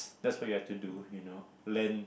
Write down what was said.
that's what you have to do you know learn